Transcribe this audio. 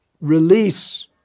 release